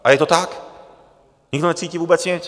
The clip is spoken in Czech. A je to tak, nikdo necítí vůbec nic.